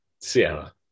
Sienna